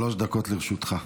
שלוש דקות לרשותך.